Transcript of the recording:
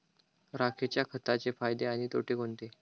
राखेच्या खताचे फायदे आणि तोटे कोणते?